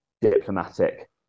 diplomatic